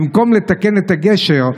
במקום לתקן את הגשר,